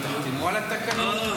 אתם תחתמו על התקנות,